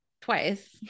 twice